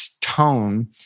tone